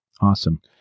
Awesome